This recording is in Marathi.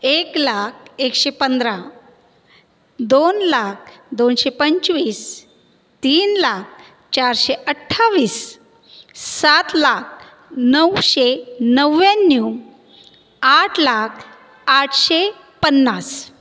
एक लाख एकशे पंधरा दोन लाख दोनशे पंचवीस तीन लाख चारशे अठ्ठावीस सात लाख नऊशे नव्याण्णव आठ लाख आठशे पन्नास